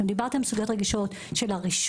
אתם דיברתם על סוגיות רגישות של הרישום,